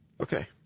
Okay